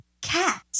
Cat